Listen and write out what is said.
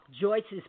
Joyce's